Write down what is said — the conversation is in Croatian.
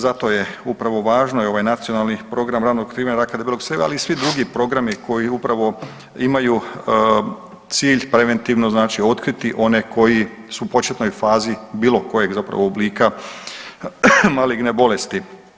Zato je upravo važno i ovaj Nacionalni program ranog otkrivanja debelog crijeva, ali i svi drugi programi koji upravo imaju cilj preventivno, znači otkriti one koji su u početnoj fazi bilo kojeg zapravo oblika maligne bolesti.